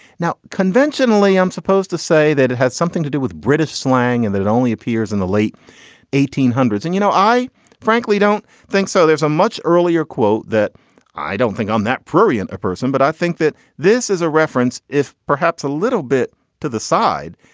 now, conventionally, i'm supposed to say that it has something to do with british slang and that it only appears in the late eighteen hundreds. and, you know, i frankly don't think so. there's a much earlier quote that i don't think on that prurient a person, but i think that this is a reference if perhaps a little bit to the side.